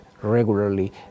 regularly